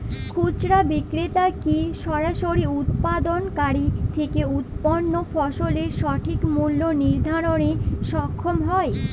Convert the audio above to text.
খুচরা বিক্রেতারা কী সরাসরি উৎপাদনকারী থেকে উৎপন্ন ফসলের সঠিক মূল্য নির্ধারণে সক্ষম হয়?